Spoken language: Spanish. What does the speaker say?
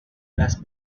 las